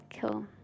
Cool